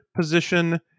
position